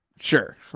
Sure